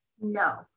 No